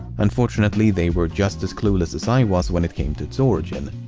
unfortunately, they were just as clueless as i was when it came to its origin.